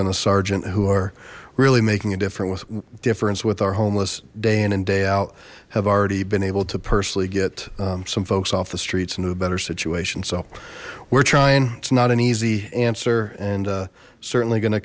a sergeant who are really making a difference with difference with our homeless day in and day out have already been able to personally get some folks off the streets into a better situation so we're trying it's not an easy answer and certainly going to